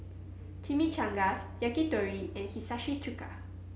Chimichangas Yakitori and Hiyashi Chuka